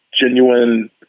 genuine